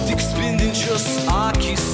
tik spindinčios akys